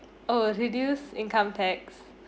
oh reduce income tax